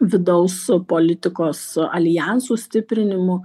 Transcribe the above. vidaus politikos aljansų stiprinimu